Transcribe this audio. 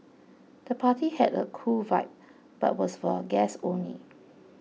the party had a cool vibe but was for guests only